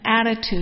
attitude